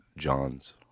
John's